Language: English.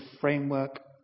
framework